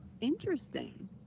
interesting